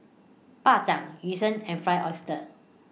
Bak Chang Yu Sheng and Fried Oyster